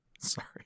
Sorry